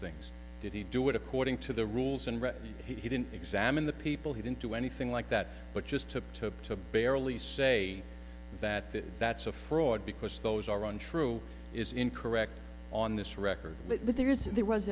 things did he do it according to the rules and read that he didn't examine the people he didn't do anything like that but just to talk to barely say that that's a fraud because those are untrue is incorrect on this record but there is and there was